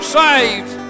saved